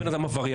הבן אדם עבריין,